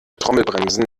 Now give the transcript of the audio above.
trommelbremsen